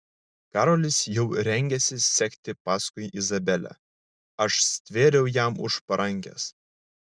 karolis jau rengėsi sekti paskui izabelę aš stvėriau jam už parankės